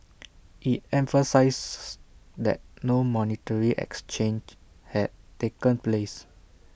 IT emphasised that no monetary exchange had taken place